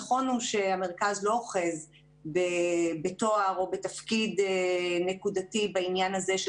נכון הוא שהמרכז לא אוחז בתואר או בתפקיד נקודתי בעניין הזה של